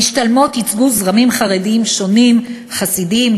המשתלמות ייצגו זרמים חרדיים שונים: חסידים,